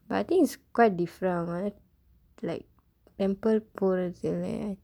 but I think it's quite different like temple போறதில்ல:poorathilla